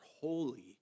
holy